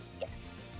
Yes